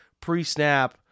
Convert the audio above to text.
pre-snap